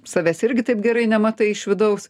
savęs irgi taip gerai nematai iš vidaus